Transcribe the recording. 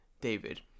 David